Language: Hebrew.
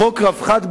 חוק רווחת בעלי-החיים,